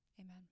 Amen